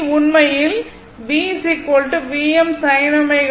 உண்மையில் V Vm sin ω t θ